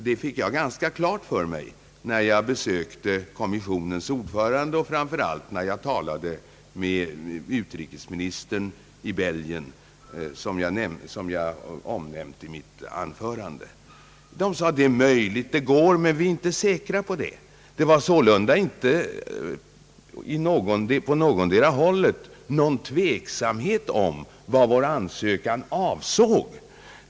Jag fick detta ganska klart för mig när jag besökte kommissionens ordförande och framför allt när jag, som jag omnämnde i mitt anförande, talade med den belgiske utrikesministern. Det är möjligt att det går, sade man, men vi är inte säkra på det. Det förelåg sålunda inte på någotdera hållet någon tveksamhet om vad vår ansökan avsåg.